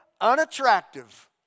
unattractive